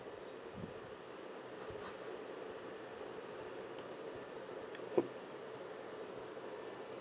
o~